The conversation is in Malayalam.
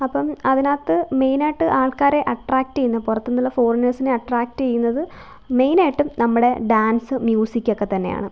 അപ്പോള് അതിനകത്ത് മെയിനായിട്ട് ആൾക്കാരെ അട്രാക്റ്റെയ്യുന്നത് പുറത്തുനിന്നുള്ള ഫോറിനേഴ്സിനെ അട്രാക്റ്റെയ്യുന്നത് മെയിനായിട്ടും നമ്മുടെ ഡാൻസ് മ്യൂസിക്കൊക്കെത്തന്നെയാണ്